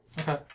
Okay